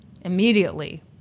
Immediately